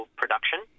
production